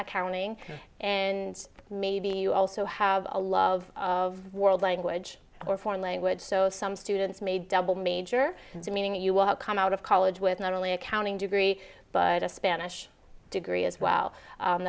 accounting and maybe you also have a love of world language or foreign language so some students may double major to meaning you will come out of college with not only accounting degree but a spanish degree as well